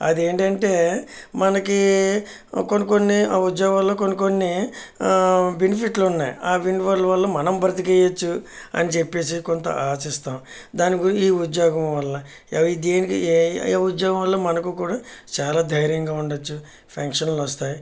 అదేంటంటే మనకి కొన్ని కొన్ని ఉద్యోగాల వల్ల ఆ కొన్ని కొన్ని బెనిఫిట్లు ఉన్నాయి ఆ బెనిఫిట్ల వల్ల మనం మనం బ్రతికేయొచ్చు అని చెప్పేసి కొంత ఆశిస్తాం దాని గురించి ఈ ఉద్యోగం వల్ల అవి దేనికి ఏ ఏ ఉద్యోగం వల్ల మనకు కూడా చాలా ధైర్యంగా ఉండవచ్చు పెన్షన్లు వస్తాయి